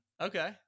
Okay